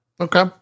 okay